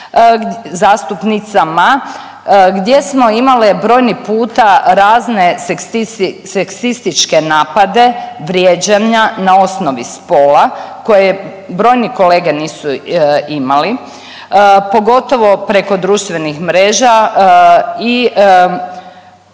zastupnicama gdje smo imale brojni puta razne seksti… seksističke napade vrijeđanja na osnovi spola koje brojni kolege nisu imali, pogotovo preko društvenih mreža i